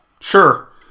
Sure